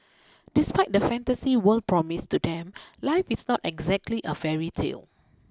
despite the fantasy world promised to them life is not exactly a fairy tale